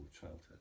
childhood